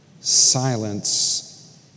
silence